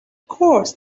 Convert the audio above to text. course